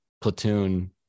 platoon